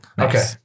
okay